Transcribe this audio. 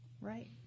Right